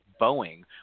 Boeing